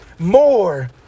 more